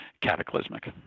cataclysmic